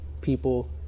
people